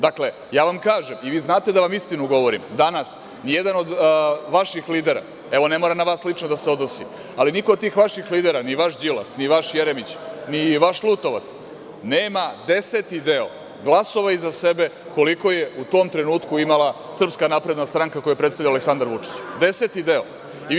Dakle, ja vam kažem, i vi znate da vam istinu govorim, danas nijedan od vaših lidera, evo, ne mora na vas lično da se odnosi, ali niko od tih vaših lidera, ni vaš Đilas, ni vaš Jeremić, ni vaš Lutovac, nema deseti deo glasova iza sebe koliko je u tom trenutku imala SNS koju je predstavljao Aleksandar Vučić, deseti deo.